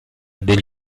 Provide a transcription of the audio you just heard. del